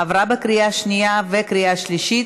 עברה בקריאה השנייה ובקריאה השלישית,